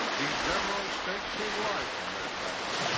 the general stakes his life on that data.